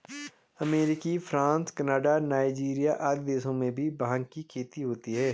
America, France, Canada, Nigeria आदि देशों में भी भाँग की खेती होती है